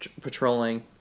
patrolling